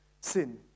sin